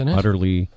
utterly